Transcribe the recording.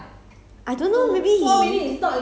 um smoke break 还是什么